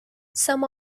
some